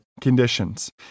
conditions